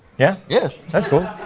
yeah? yeah. that's cool.